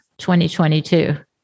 2022